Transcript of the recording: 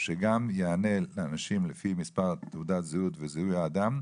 שגם יענה לאנשים לפי מספר תעודת הזהות וזיהוי האדם,